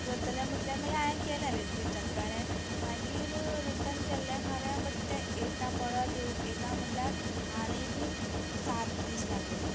करतलें म्हटलें हांवें केलें रिटर्न ऑलरेडी कळ्ळें मागीर रिटर्न केल्लें खरें बट तें येता परत येता म्हटल्या आनीक सात दीस लागले